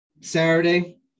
Saturday